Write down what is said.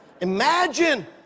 Imagine